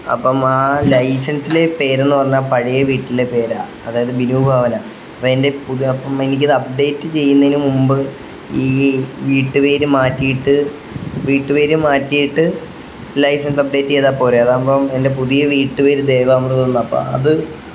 അപ്പം ആ ലൈസൻസിലെ പേരെന്നു പറഞ്ഞാൽ പഴയ വീട്ടിലെ പേരാണ് അതായത് വിനു ഭവനാ അപ്പം എൻ്റെ പുത് അപ്പം എനിക്ക് അപ്ഡേറ്റ് ചെയ്യുന്നതിനു മുൻപ് ഈ വീട്ട് പേര് മാറ്റിയിട്ട് വീട്ട് പേര് മാറ്റിയിട്ട് ലൈസൻസ് അപ്ഡേറ്റ് ചെയ്താൽ പോരെ അതാകുമ്പം എൻ്റെ പുതിയ വീട്ട് പേര് ദേവാമൃതമെന്നാണ് അപ്പം അത്